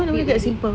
a great wedding